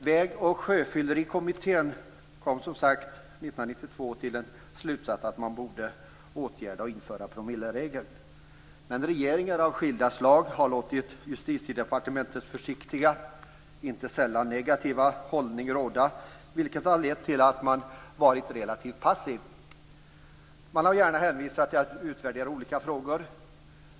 Väg och sjöfyllerikommittén kom, som sagt, 1992 till slutsatsen att man borde införa promilleregler. Men regeringar av skilda slag har låtit Justitiedepartementets försiktiga - inte sällan negativa - hållning råda, vilket har lett till att man har varit relativt passiv. Man har gärna hänvisat till att man utvärderar olika frågor.